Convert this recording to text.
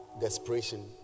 desperation